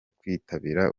kwitabira